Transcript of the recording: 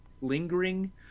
lingering